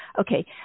Okay